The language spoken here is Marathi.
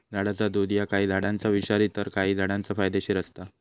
झाडाचा दुध ह्या काही झाडांचा विषारी तर काही झाडांचा फायदेशीर असता